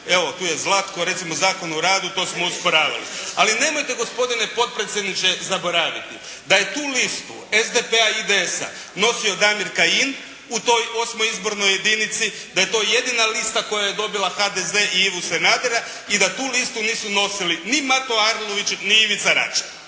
evo, tu je Zlatko, recimo Zakon o radu, to smo osporavali. Ali, nemojte gospodine potpredsjedniče zaboraviti da je tu listu SDP-a i IDS-a nosio Damir Kajin u toj osmoj izbornoj jedinici, da je to jedina lista koja je dobila HDZ i Ivu Sanadera i da tu listu nisu nosili ni Mato Arlović ni Ivica Račan.